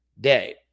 day